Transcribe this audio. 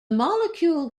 molecule